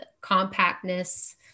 compactness